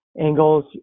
angles